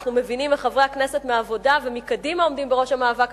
אנחנו מבינים איך חברי הכנסת מהעבודה ומקדימה עומדים בראש המאבק,